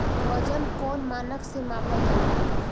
वजन कौन मानक से मापल जाला?